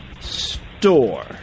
Store